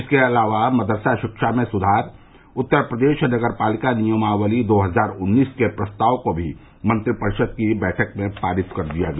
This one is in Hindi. इसके अलावा मदरसा शिक्षा में सुधार उत्तर प्रदेश नगर पालिका नियमावली दो हजार उन्नीस के प्रस्ताव को भी मंत्रिपरिषद की बैठक में पारित कर दिया गया